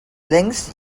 links